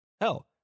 Hell